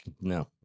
No